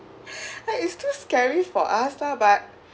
like it's too scary for us lah but